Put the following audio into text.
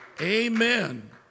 Amen